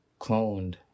cloned